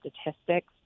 statistics